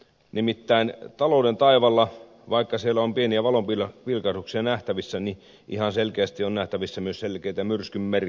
nimittäin talouden taivaalla vaikka siellä on pieniä valonpilkahduksia nähtävissä on ihan selkeästi nähtävissä myös selkeitä myrskyn merkkejä